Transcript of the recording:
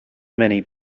many